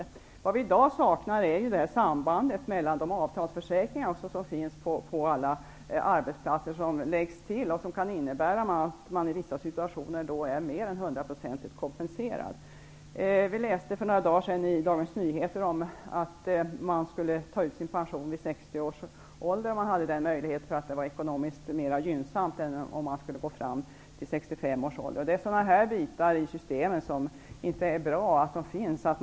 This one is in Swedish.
Vi saknar i dag ett samband med de ersättningar som tillkommer från de avtalsförsäkringar som finns på alla arbetsplatser. Man kan i vissa situationer bli mer än hundraprocentigt kompencerad. Vi läste för några dagar sedan i Dagens Nyheter om att man skulle ta ut sin pension vid 60 års ålder om man hade den möjligheten, eftersom det var ekonomiskt mer gynnsamt än om man arbetade fram till 65 års ålder. Det är inte bra att det finns sådana delar i systemet.